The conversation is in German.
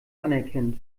anerkennend